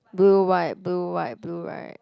blue white blue white blue right